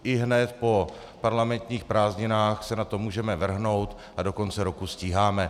Ihned po parlamentních prázdninách se na to můžeme vrhnout a do konce roku stíháme.